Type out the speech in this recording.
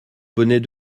bonnet